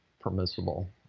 permissible